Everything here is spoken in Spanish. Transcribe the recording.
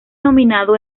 nominado